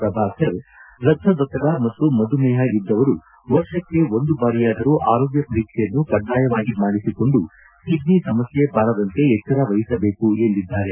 ಪ್ರಭಾಕರ್ ರಕ್ತದೊತ್ತಡ ಮತ್ತು ಮಧುಮೇಪ ಇದ್ದವರು ವರ್ಷಕ್ಕೆ ಒಂದು ಬಾರಿಯಾದರೂ ಆರೋಗ್ಯ ಪರೀಕ್ಷೆಯನ್ನು ಕಡ್ಡಾಯವಾಗಿ ಮಾಡಿಸಿಕೊಂಡು ಕಿಡ್ನಿ ಸಮಸ್ಯೆ ಬರದಂತೆ ಎಚ್ವರ ವಹಿಸಬೇಕು ಎಂದಿದ್ದಾರೆ